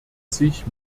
sich